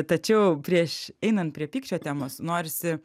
tačiau prieš einant prie pykčio temos norisi